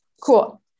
Cool